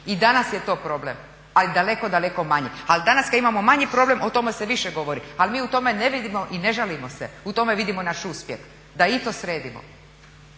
i danas je to problem, ali daleko, daleko manje. Ali danas kada imamo manji problem o tome se više govori. Ali mi u tome ne vidimo i ne žalimo se, u tome vidimo naš uspjeh da i to sredimo.